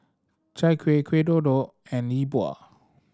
Chai Kuih Kuih Kodok and Yi Bua